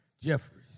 Jeffries